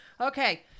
Okay